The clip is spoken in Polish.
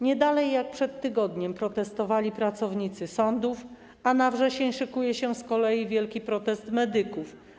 Nie dalej jak przed tygodniem protestowali pracownicy sądów, a na wrzesień szykuje się z kolei wielki protest medyków.